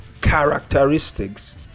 characteristics